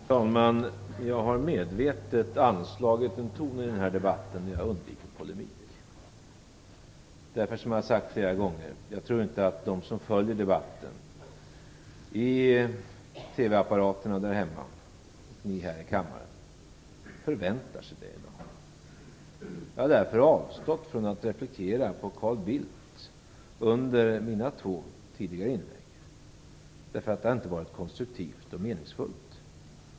Fru talman! Jag har medvetet anslagit en ton i den här debatten. Jag har undvikit polemik. Jag tror nämligen inte, vilket jag har sagt flera gånger, att de som följer debatten hemma vid TV-apparaterna eller här i kammaren förväntar sig det i dag. Därför har jag avstått från att replikera Carl Bildt under mina två tidigare inlägg. Det hade inte varit konstruktivt och meningsfullt.